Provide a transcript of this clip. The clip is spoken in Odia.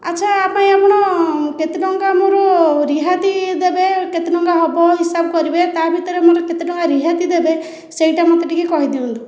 ଆଚ୍ଛା ଏହା ପାଇଁ ଆପଣ ଆମର କେତେ ଟଙ୍କା ମୋର ରିହାତି ଦେବେ କେତେ ଟଙ୍କା ହେବ ହିସାବ କରିବେ ତା'ଭିତରେ କେତେ ଟଙ୍କା ଆପଣ ରିହାତି ଦେବେ ସେହିଟା ମୋତେ ଟିକେ କହିଦିଅନ୍ତୁ